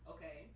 Okay